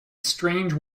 strange